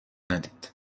ندید